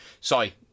Sorry